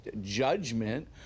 judgment